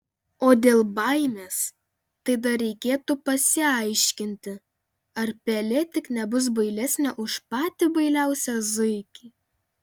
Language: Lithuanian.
o dėl baimės tai dar reikėtų pasiaiškinti ar pelė tik nebus bailesnė už patį bailiausią zuikį